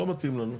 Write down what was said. לא מתאים לנו'.